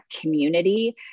community